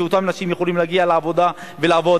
שאותן נשים יוכלו להגיע לעבודה ולעבוד,